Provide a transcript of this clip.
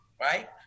right